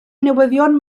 newyddion